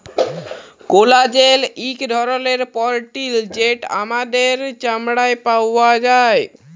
collagen ইক ধরলের protein যেট আমাদের চামড়ায় পাউয়া যায়